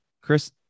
chris